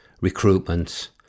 recruitment